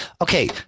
Okay